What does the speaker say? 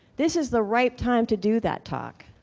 this is the right time to do that talk.